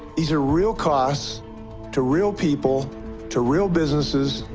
these are real costs to real people to real businesses,